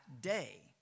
day